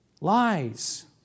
Lies